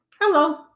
Hello